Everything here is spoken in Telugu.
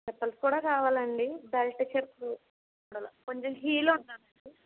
చప్పల్స్ కూడా కావాలండి బెల్ట్ చెప్పులు అలా కొంచెం హీల్ ఉండాలండి